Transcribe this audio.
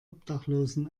obdachlosen